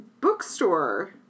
bookstore